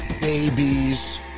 babies